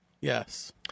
Yes